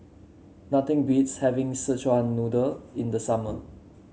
nothing beats having Szechuan Noodle in the summer